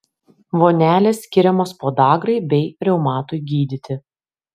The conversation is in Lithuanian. vonelės skiriamos podagrai bei reumatui gydyti